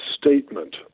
statement